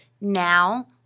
now